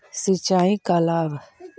सिंचाई का लाभ है?